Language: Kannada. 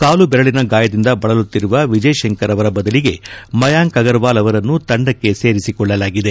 ಕಾಲು ಬೆರಳಿನ ಗಾಯದಿಂದ ಬಳಲುತ್ತಿರುವ ವಿಜಯ್ ಶಂಕರ್ ಅವರ ಬದಲಿಗೆ ಮಯಾಂಕ್ ಅಗಲರ್ ವಾಲ್ ಅವರನ್ನು ತಂಡಕ್ಕೆ ಸೇರಿಸಿಕೊಳ್ಳಲಾಗಿದೆ